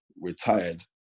retired